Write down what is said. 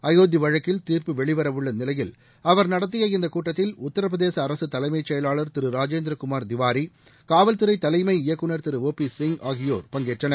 அயோத்தி வழக்கில் தீர்ப்பு வெளிவரவுள்ள நிலையில் அவர் நடத்திய இந்தக் கூட்டத்தில் உத்தரப்பிரதேச அரசு தலைமைச் செயலாளர் திரு ராஜேந்திர குமார் திவாரி காவல்துறை தலைமை இயக்குநர் திரு ஓ பி சிங் ஆகியோர் பங்கேற்றனர்